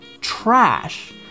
trash